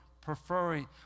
preferring